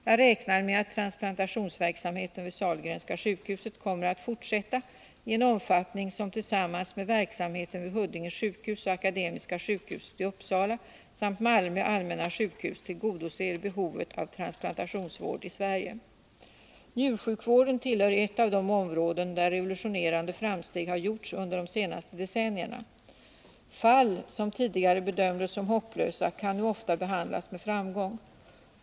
Jag räknar med att transplantationsverksamheten vid Sahlgrenska sjukhuset kommer att fortsätta i en omfattning som tillsammans med verksamheten vid Huddinge sjukhus och Akademiska sjukhuset i Uppsala samt Malmö allmänna sjukhus tillgodoser behovet av transplantationsvård i Sverige. Njursjukvården tillhör ett av de områden, där revolutionerande framsteg har gjorts under de senaste decennierna. Fall som tidigare bedömdes som hopplösa kan nu ofta behandlas med framgång.